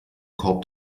korb